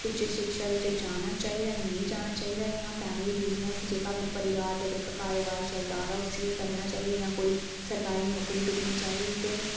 उच्च शिक्षा बिच जाना चाहिदा निं जाना चाहिदा इ'यां फैमिली बिजनेस जेहका अपने परोआर दा जेहका कारोबार चलदा आ दा उसी गै करना चाहिदा जां कोई सरकारी नौकरी तुप्पनी चाहिदी ते